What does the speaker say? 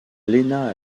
léna